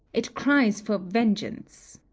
it cries for vengeance.